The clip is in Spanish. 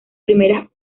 primeras